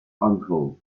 uncle